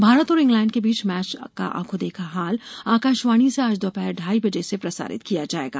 भारत और इंग्लैंड के बीच मैच का आंखों देखा हाल आकाशवाणी से आज दोपहर ढाई बजे से प्रसारित किया जाएगा